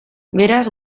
beraz